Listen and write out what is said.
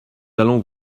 allons